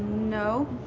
no.